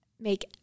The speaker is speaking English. make